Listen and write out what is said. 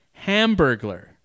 Hamburglar